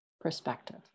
perspective